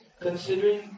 considering